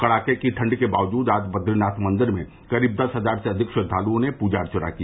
कड़ाके की ठंड के बावजूद कल बद्रीनाथ मंदिर में करीब दस हजार से अधिक श्रद्वालुओं ने पूजा अर्चना की